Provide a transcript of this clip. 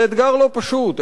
זה אתגר לא פשוט,